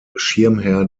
schirmherr